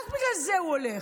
רק בגלל זה הוא הולך.